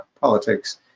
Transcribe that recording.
politics